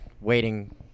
waiting